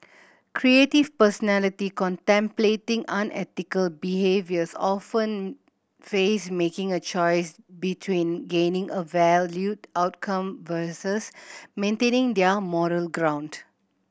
creative personality contemplating unethical behaviours often face making a choice between gaining a valued outcome versus maintaining their moral ground